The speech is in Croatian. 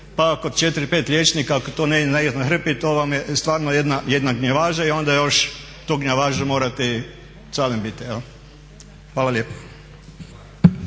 pa ako 4, 5 liječnika ak je to na hrpi to vam je stvarno jedna gnjavaža i onda još tu gnjavažu morate calen bitte. Hvala lijepo.